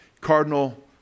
Cardinal